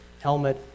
helmet